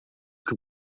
que